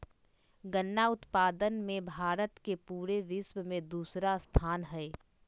गन्ना उत्पादन मे भारत के पूरे विश्व मे दूसरा स्थान हय